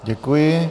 Děkuji.